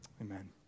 Amen